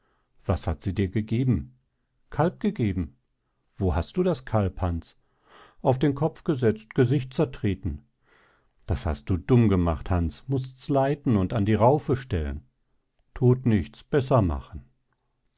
was hat sie dir gegeben kalb gegeben wo hast du das kalb hans auf den kopf gesetzt gesicht zertreten das hast du dumm gemacht hans mußts leiten und an die raufe stellen thut nichts besser machen